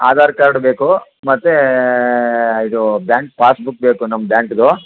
Aadhaar card ಬೇಕು ಮತ್ತು ಇದು ಬ್ಯಾಂಕ್ ಪಾಸ್ ಬುಕ್ ಬೇಕು ನಮ್ಮ ಬ್ಯಾಂಕ್ದು